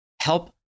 help